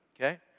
okay